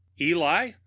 eli